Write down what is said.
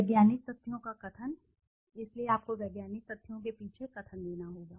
वैज्ञानिक तथ्यों का कथन इसलिए आपको वैज्ञानिक तथ्यों के पीछे कथन देना होगा